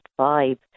vibe